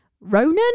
Ronan